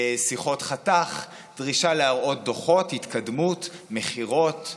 שיחות חתך, דרישה להראות דוחות התקדמות, מכירות,